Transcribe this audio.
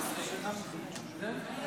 ההצעה להעביר את הצעת חוק הביטוח הלאומי (תיקון,